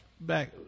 back